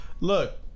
look